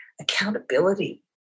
accountability